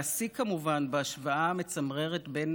והשיא, כמובן, בהשוואה המצמררת בין